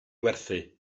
werthu